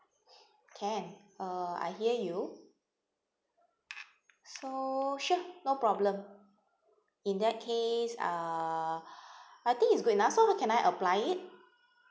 can uh I hear you so sure no problem in that case uh I think is good enough so can I apply it